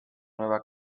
nueva